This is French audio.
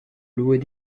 louer